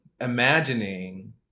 imagining